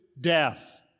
death